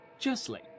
justly